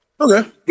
Okay